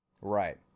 Right